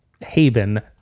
Haven